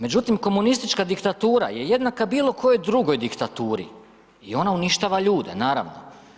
Međutim, komunistička diktatura je jednaka bilo kojoj diktaturi i ona uništava ljude, naravno.